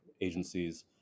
agencies